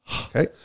Okay